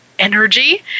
energy